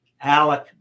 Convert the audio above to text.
Alec